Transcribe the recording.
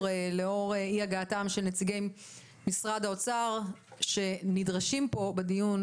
לאור אי הגעתם של נציגי משרד האוצר שנדרשים פה בדיון,